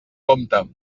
compte